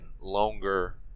longer